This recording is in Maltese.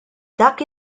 dak